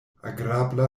agrabla